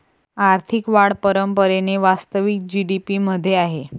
आर्थिक वाढ परंपरेने वास्तविक जी.डी.पी मध्ये आहे